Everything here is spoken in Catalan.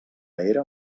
era